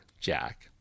Jack